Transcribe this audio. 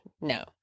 No